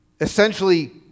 Essentially